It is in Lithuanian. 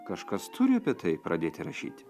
kažkas turi apie tai pradėti rašyti